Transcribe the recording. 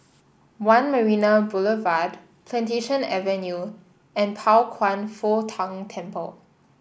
One Marina Boulevard Plantation Avenue and Pao Kwan Foh Tang Temple